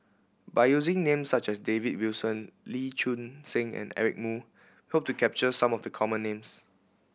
by using names such as David Wilson Lee Choon Seng and Eric Moo hope to capture some of the common names